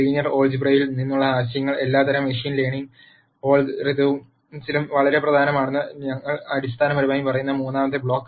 linear ആൾജിബ്രയിൽ നിന്നുള്ള ആശയങ്ങൾ എല്ലാത്തരം മെഷീൻ ലേണിംഗ് അൽഗോരിതംസിലും വളരെ പ്രധാനമാണെന്ന് ഞങ്ങൾ അടിസ്ഥാനപരമായി പറയുന്ന മൂന്നാമത്തെ ബ്ലോക്ക്